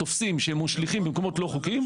תופסים שהם משליכים במקומות לא חוקיים.